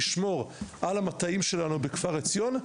על מנת לשמור על המטעים שלנו בכפר עציון,